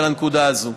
בנקודה הזו.